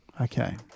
Okay